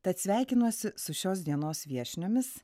tad sveikinuosi su šios dienos viešniomis